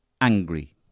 angry